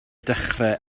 dechrau